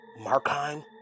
Markheim